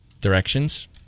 Directions